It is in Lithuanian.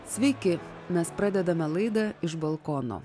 sveiki mes pradedame laidą iš balkono